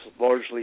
largely